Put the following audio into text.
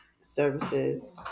services